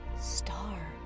star